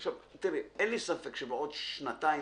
אין לי ספק שבעוד שנתיים,